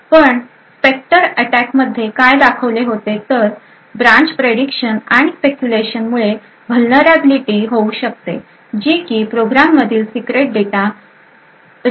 पण Spectre attack मध्ये काय दाखवले होते तर ब्रांच प्रेडिक्शन आणि स्पेक्युलेशन मुळे व्हॅलनरॅबिलीटी होऊ शकते जी की प्रोग्राम मधील सिक्रेट डेटा वाचू शकते